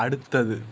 അടുത്തത്